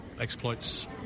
exploits